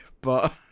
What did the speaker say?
but-